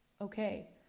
okay